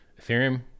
Ethereum